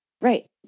Right